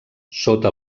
sota